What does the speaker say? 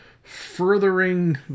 Furthering